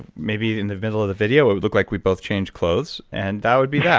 maybe in the middle of the video it would look like we've both changed clothes, and that would be yeah